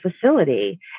facility